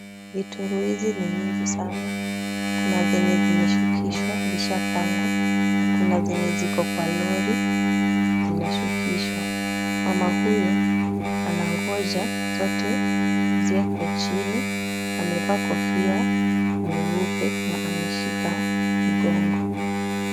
Vitunguu hizi ni mingi sana. Kuna zenye zimeshukishwa zishapangwa na kuna zenye ziko kwa lori zinashukishwa. Mama huyu anangoja zote ziekwe chini. Amevaa kofia nyeupe na ameshika mgongo.